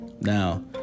Now